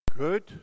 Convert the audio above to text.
Good